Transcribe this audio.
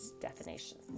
definition